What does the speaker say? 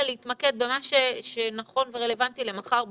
להתמקד במה שנכון ורלוונטי למחר בבוקר.